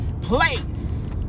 place